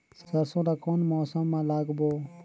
सरसो ला कोन मौसम मा लागबो?